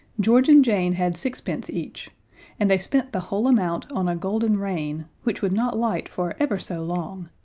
george and jane had sixpence each and they spent the whole amount on a golden rain, which would not light for ever so long,